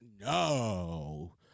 No